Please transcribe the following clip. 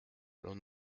l’on